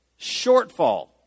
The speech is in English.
shortfall